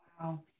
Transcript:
Wow